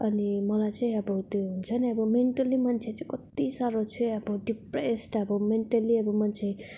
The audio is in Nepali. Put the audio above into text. अनि मलाई चाहिँ अब त्यो हुन्छ नि अब मेन्टली मान्छे चाहिँ अब कति डिप्रेस अब मेन्टली अब मान्छे